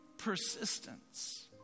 Persistence